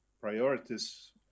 priorities